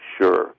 sure